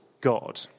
God